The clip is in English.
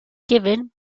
given